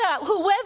whoever